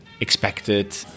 expected